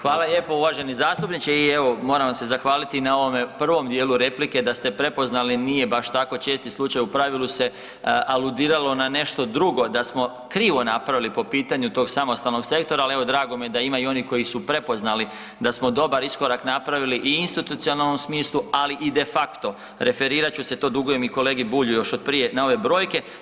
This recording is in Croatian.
Hvala lijepo uvaženi zastupniče i evo, moram vam se zahvaliti i na ovome prvom dijelu replike da ste prepoznali, nije baš tako česti slučaj, u pravilu se aludiralo na nešto drugo da smo krivo napravili po pitanju tog Samostalnog sektora, ali evo, drago mi je da ima i onih koji su prepoznali da smo dobar iskorak napravili i u institucionalnom smislu, ali i de facto, referirat ću se, to dugujem i kolegi Bulju još od prije na ove brojke.